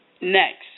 Next